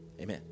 amen